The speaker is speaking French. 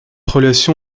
relation